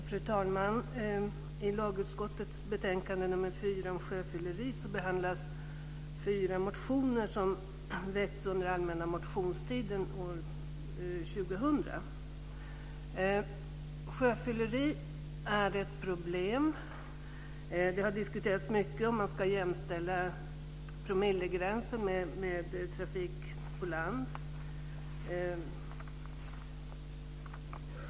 Fru talman! I lagutskottets betänkande nr 4 om sjöfylleri behandlas fyra motioner som väckts under allmänna motionstiden år 2000. Sjöfylleri är ett problem. Det har diskuterats mycket om man ska jämställa promillegränsen med den för trafik på land.